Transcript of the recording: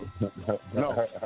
No